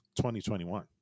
2021